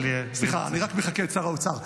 בלי, סליחה, אני רק מחקה את שר האוצר.